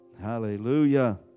Hallelujah